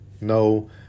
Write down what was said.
No